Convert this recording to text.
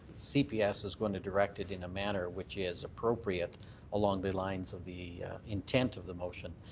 cps is going to direct it in a manner which is appropriate along the lines of the intent of the motion.